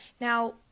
Now